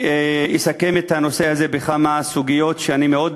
ואסכם את הנושא הזה בכמה סוגיות שאני מאוד